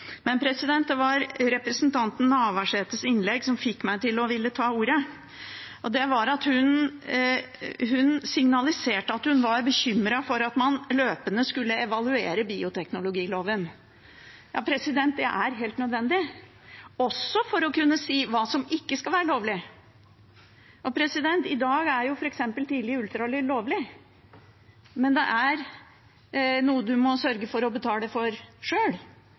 Men det var representanten Navarsetes innlegg som fikk meg til å ville ta ordet. Hun signaliserte at hun var bekymret for at man løpende skulle evaluere bioteknologiloven. Det er helt nødvendig, også for å kunne si hva som ikke skal være lovlig. I dag er f.eks. tidlig ultralyd lovlig, men det er noe en må sørge for å betale for sjøl.